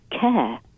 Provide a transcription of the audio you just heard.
care